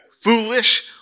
foolish